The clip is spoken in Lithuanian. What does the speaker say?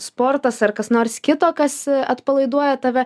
sportas ar kas nors kito kas atpalaiduoja tave